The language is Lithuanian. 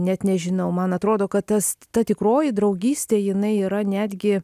net nežinau man atrodo kad tas ta tikroji draugystė jinai yra netgi